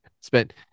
spent